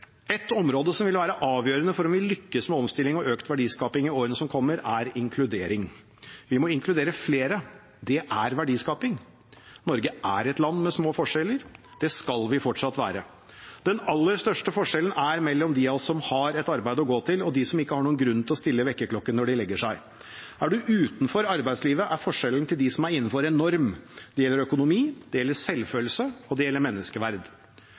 Et område som vil være avgjørende for om vi lykkes med omstilling og økt verdiskaping i årene som kommer, er inkludering. Vi må inkludere flere. Det er verdiskaping. Norge er et land med små forskjeller. Det skal vi fortsatt være. Den aller største forskjellen er mellom de av oss som har et arbeid å gå til, og de som ikke har noen grunn til å stille vekkerklokken når de legger seg. Er man utenfor arbeidslivet, er forskjellen i forhold til dem som er innenfor, enorm. Det gjelder økonomi, det gjelder selvfølelse, og det gjelder menneskeverd.